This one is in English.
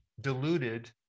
diluted